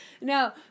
No